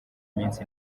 minsi